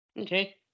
okay